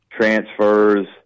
transfers